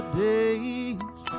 days